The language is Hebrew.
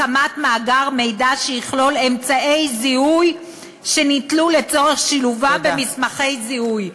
הקמת מאגר מידע שיכלול אמצעי זיהוי שניטלו לצורך שילובם במסמכי זיהוי.